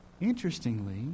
Interestingly